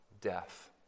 death